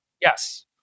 yes